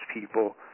people